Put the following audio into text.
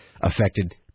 affected